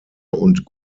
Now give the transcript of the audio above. und